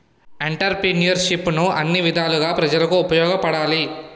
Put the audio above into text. ఎంటర్ప్రిన్యూర్షిప్ను అన్ని విధాలుగా ప్రజలకు ఉపయోగపడాలి